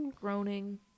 groaning